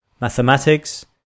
mathematics